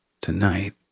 tonight